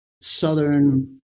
Southern